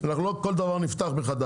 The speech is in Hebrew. בין 2015-2020 זה לא קרה,